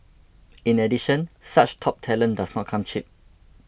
in addition such top talent does not come cheap